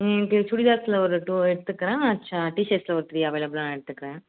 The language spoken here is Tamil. இன்றைக்கி சுடிதார்ஸில் ஒரு டூ எடுத்துக்கிறேன் அச்சா டீ ஷர்ட்ஸில் ஒரு த்ரீ அவைலபிளாக நான் எடுத்துக்கிறேன்